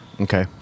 Okay